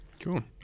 Cool